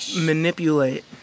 manipulate